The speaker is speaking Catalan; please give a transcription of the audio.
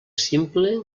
simple